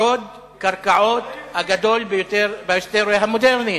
שוד הקרקעות הגדול ביותר בהיסטוריה המודרנית,